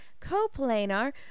coplanar